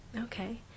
Okay